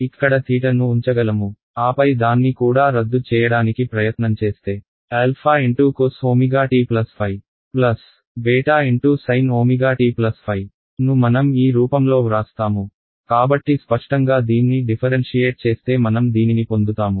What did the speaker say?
ఇక్కడ θ ను ఉంచగలము ఆపై దాన్ని కూడా రద్దు చేయడానికి ప్రయత్నంచేస్తే α cos ω t ϕ β sine ω t ϕ ను మనం ఈ రూపంలో వ్రాస్తాము కాబట్టి స్పష్టంగా దీన్ని డిఫరెన్షియేట్ చేస్తే మనం దీనిని పొందుతాము